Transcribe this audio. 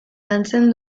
lantzen